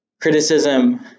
criticism